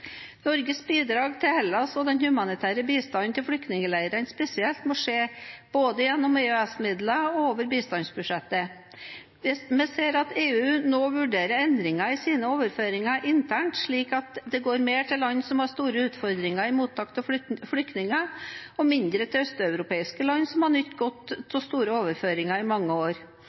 Norges bidrag til Hellas og den humanitære bistanden til flyktningleirene spesielt må skje både gjennom EØS-midlene og over bistandsbudsjettet. Vi ser at EU nå vurderer endringer i sine overføringer internt slik at det går mer til land som har store utfordringer med mottak av flyktninger, og mindre til de østeuropeiske landene som har nytt godt av store overføringer i mange år.